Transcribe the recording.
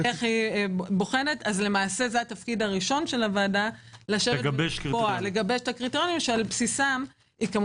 זה התפקיד הראשון של הוועדה לגבש את הקריטריונים - כמובן,